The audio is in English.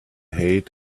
height